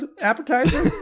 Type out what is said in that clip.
appetizer